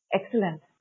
excellent